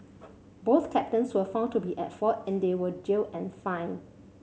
both captains were found to be at fault and they were jailed and fined